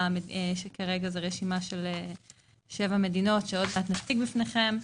כרגע זה רשימה של 7 מדינות שעוד מעט נציג בפניכם,